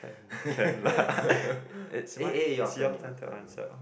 eh eh your turn your turn